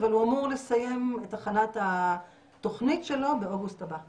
אבל הוא אמור לסיים את הכנת התוכנית שלו באוגוסט הבא,